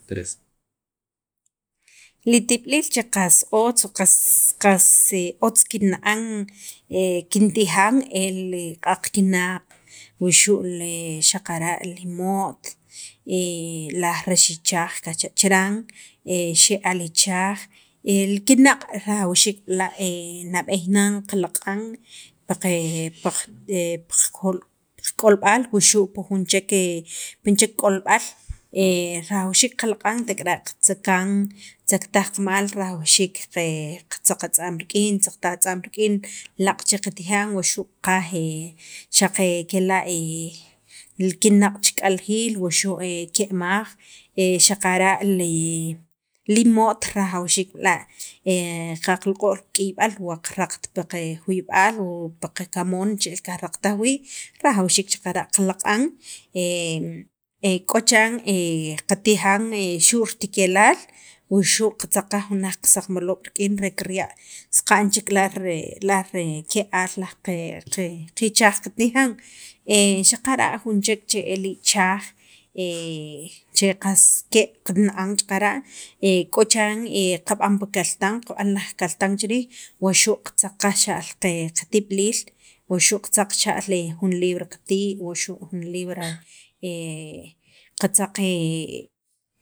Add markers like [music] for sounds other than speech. [noise] li tib'iliil che qas otz o qas qas otz kinna'an [hesitation] kintijan el q'aq kinaq' wuxu' le xaqara' imo't [hesitation] laj rax ichaj kajcha' chiran, xe'al ichaj, el kinaq' rajawxiik b'la' [hesitation] nab'eey nan qalaq'an pa qe pa qe pa qak'olb'al wuxu' pi jun chek [hesitation] jun chek k'olb'al, rajawxiik qalaq'an tek'ara' qatzakan, tzaktaj qamal rajawxik qatzaq atza'm rik'in, tzaqataj atza'm rik'in laaq' chek qatijan wuxu' qaqaj xaq kela' li kinaq' che riq'aljil wuxu' ke'maj [hesitation] xaqara' le li imo't rajawxiik b'la' [hesitation] qaloq'o'l pi k'iyb'al wa qaraqt pi qajuyb'al, o pa qakamoon che'el qajraqtaj wii' rajawxiik xaqara' qalaq'an [hesitation] k'o chiran [hesitation] qatijan xu' ritikelaal wuxu' qatzaq qaj jun laj qasaqmaloob' rik'in re kirya' saqa'n chek laj qe qichaj qatijan xaqara' jun chek el ichaj [hesitation] che qas ke' kinna'an xaqara' [hesitation] k'o chiran qab'an pi kaltan, kab'an laj qakaltan chiriij wuxu' qatzaq qaj xa'l qe qatib'iliil wuxu' qatzaq chixa'l jun libr qati' wuxu' jun libra, qatzaq he